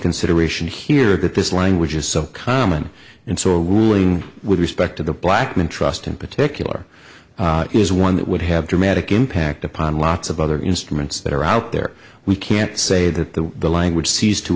consideration here that this language is so common in so doing with respect to the blackman trust in particular is one that would have dramatic impact upon lots of other instruments that are out there we can't say that the language ceased to